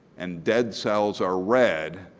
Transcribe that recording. and dead cells are reds,